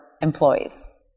employees